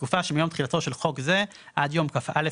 "תקופת הוראת השעה" התקופה שמיום תחילתו של חוק זה עד יום י"א